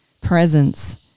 presence